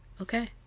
okay